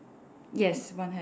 yes one hand